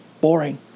boring